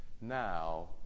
Now